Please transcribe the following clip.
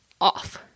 off